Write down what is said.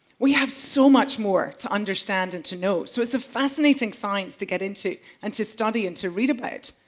we have so much more to understand and to know, so it's a fascinating science to get into and to study and to read about.